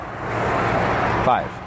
five